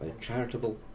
charitable